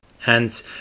Hence